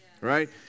right